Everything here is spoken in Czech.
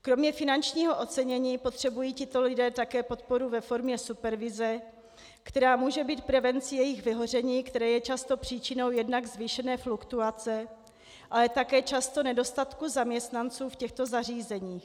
Kromě finančního ocenění potřebují tito lidé také podporu ve formě supervize, která může být prevencí jejich vyhoření, které je často příčinou jednak zvýšené fluktuace, ale také často nedostatku zaměstnanců v těchto zařízeních.